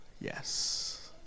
Yes